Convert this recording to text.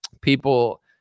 people